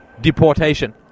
deportation